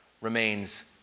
remains